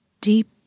deep